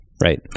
right